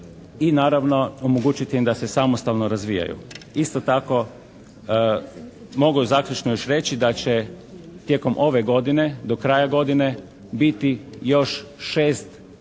i naravno omogućiti im da se samostalno razvijaju. Isto tako mogu zaključno još reći da će tijekom ove godine, do kraja godine biti još 6 društava